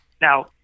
Now